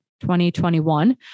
2021